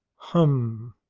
hum!